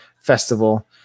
Festival